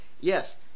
yes